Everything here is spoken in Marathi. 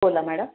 बोला मॅडम